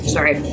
Sorry